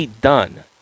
done